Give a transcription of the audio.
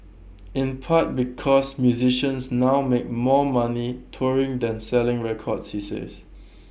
in part because musicians now make more money touring than selling records he says